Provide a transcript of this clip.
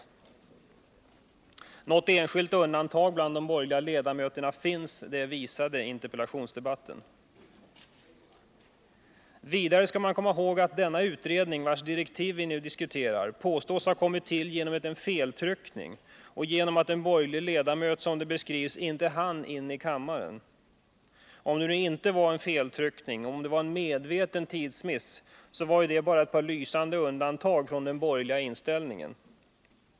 Något enskilt undantag bland de borgerliga ledamöterna finns — det visade interpellationsdebatten. Vidare skall man komma ihåg att denna utredning, vars direktiv vi nu diskuterar, påstås ha kommit till genom en feltryckning och genom att en borgerlig ledamot, som det beskrivs, inte hann in i kammaren. Om det nu inte var en feltryckning och om det var en medveten tidsmiss, så är dessa ledamöter bara ett par lysande undantag från den borgerliga inställningen.